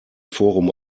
forum